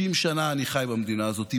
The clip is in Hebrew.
60 שנה אני חי במדינה הזאת,